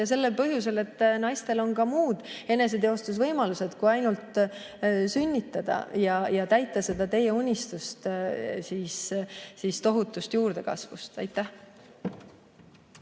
Sellel põhjusel, et naistel on ka muud eneseteostusvõimalused kui ainult sünnitada ja täita teie unistust tohutust juurdekasvust. Aitäh!